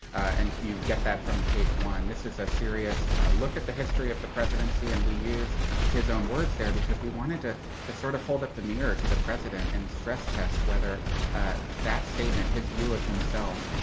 and you get that from page one. this is a serious look at the history of the presidency, and we used his own words there because we wanted to to sort of hold up the mirror to the president and stress-test whether that statement, his view of himself,